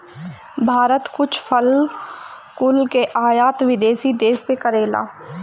भारत कुछ फल कुल के आयत विदेशी देस से करेला